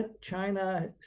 China